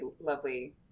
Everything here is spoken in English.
lovely